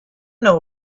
know